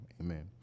Amen